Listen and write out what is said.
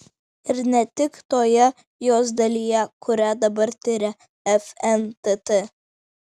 ir ne tik toje jos dalyje kurią dabar tiria fntt